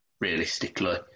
realistically